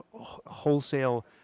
wholesale